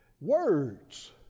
Words